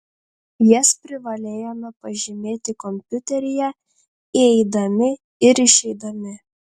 jas privalėjome pažymėti kompiuteryje įeidami ir išeidami